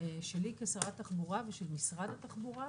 שלי כשרת התחבורה ושל משרד התחבורה